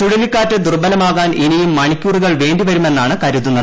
ചുഴലിക്കാറ്റ് ദുർബലമാകാൻ ഇനിയും മണിക്കൂറുകൾ വേണ്ടിവരുമെന്നാണ് കരുതുന്നത്